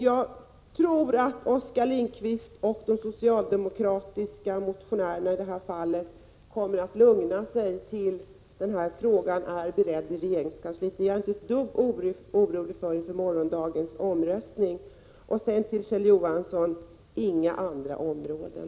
Jag tror att Oskar Lindkvist och de socialdemokratiska motionärerna kommer att lugna sig tills den här frågan är beredd i regeringskansliet. Jag är inte ett dugg orolig inför morgondagens omröstning. Till slut till Kjell Johansson: Det gäller inga andra områden.